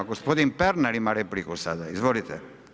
Gospodin Pernar ima repliku sada, izvolite.